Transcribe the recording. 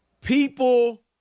people